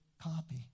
copy